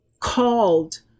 called